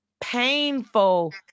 painful